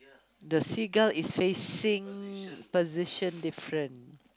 the seagull is facing position different